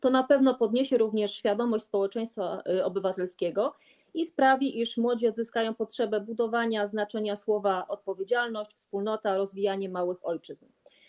To na pewno podniesie również świadomość społeczeństwa obywatelskiego i sprawi, iż młodzi odzyskają potrzebę budowania znaczenia słów: „odpowiedzialność”, „wspólnota”, „rozwijanie małych ojczyzn”